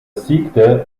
siegte